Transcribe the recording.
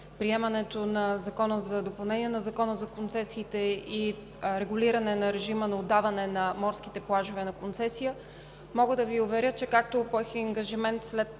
приемането на Закона за допълнение на Закона за концесиите и регулиране режима на отдаване на морските плажове на концесия. Мога да Ви уверя, че както поех и ангажимент след